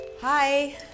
Hi